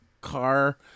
car